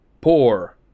poor